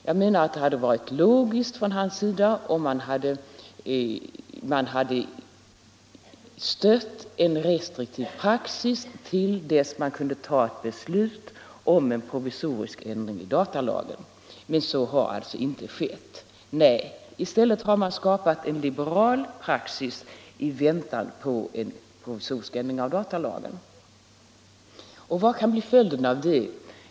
Jag menar att det hade varit logiskt av honom att då stödja en restriktiv praxis, till dess vi kunde ta ett beslut om en provisorisk ändring av datalagen. Men så har alltså inte skett. I stället har man skapat en liberal praxis i väntan på en provisorisk ändring av datalagen. Och vad kan bli följden av det?